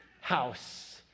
house